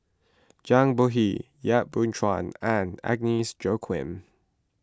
Zhang Bohe Yap Boon Chuan and Agnes Joaquim